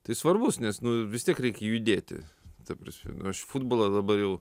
tai svarbus nes nu vis tiek reikia judėti ta prasme nu aš futbolą labai jau